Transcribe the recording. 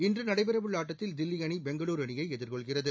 இன்றுநடைபெறஉள்ளஆட்டத்தில் தில்லிஅணிபெங்களூரு அணியைஎதிர்கொள்கிறது